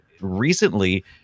recently